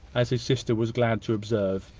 as his sister was glad to observe.